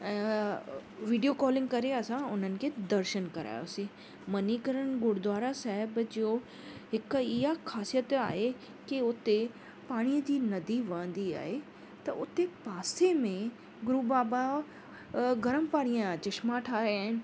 अ video calling करे असां उन्हनि खे दर्शन करायोसीं मणिकरण गुरुद्वारा साहिबु जो हिकु इहा ख़ासियत आहे की हुते पाणीअ जी नंदी वहंदी आहे त उते पासे में गुरू बाबा अ गरम पाणी जा चशमा ठाहियां आहिनि